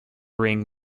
ring